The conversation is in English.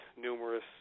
numerous